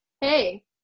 hey